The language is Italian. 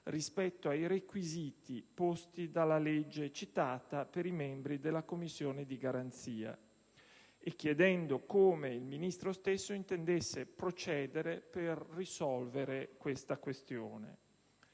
rispetto ai requisiti posti dalla legge citata, per i membri della Commissione di garanzia, e chiedendo come il Ministro stesso intendesse procedere per risolvere questa questione.